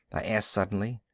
i asked suddenly.